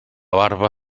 barba